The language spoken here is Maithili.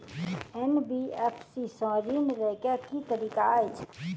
एन.बी.एफ.सी सँ ऋण लय केँ की तरीका अछि?